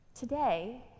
Today